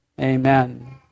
Amen